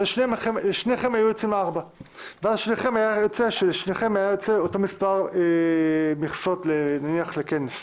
לשניהם היה יוצא 4 והיה יוצא אותו מספר מכסות לכנס.